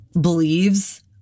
believes